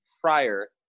prior